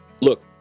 Look